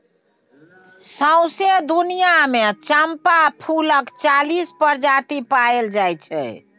सौंसे दुनियाँ मे चंपा फुलक चालीस प्रजाति पाएल जाइ छै